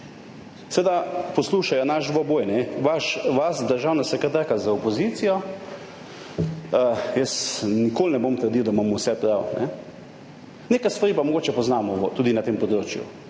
Seveda poslušajo naš dvoboj, vas, državna sekretarka, z opozicijo. Jaz nikoli ne bom trdil, da imamo vse prav. Nekaj stvari pa mogoče poznamo tudi na tem področju.